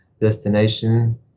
destination